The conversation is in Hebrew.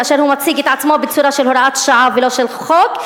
כאשר הוא מציג את עצמו בצורה של הוראת שעה ולא של חוק,